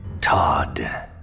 Todd